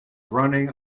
running